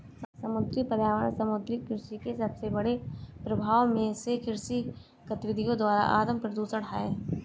समुद्री पर्यावरण समुद्री कृषि के सबसे बड़े प्रभावों में से कृषि गतिविधियों द्वारा आत्मप्रदूषण है